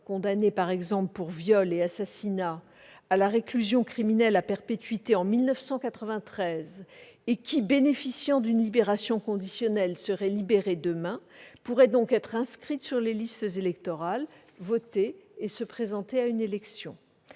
condamnée, par exemple, pour viol et assassinat à la réclusion criminelle à perpétuité en 1993 et qui, bénéficiant d'une libération conditionnelle, serait élargie demain, pourrait donc être inscrite sur les listes électorales, voter et se présenter à une élection.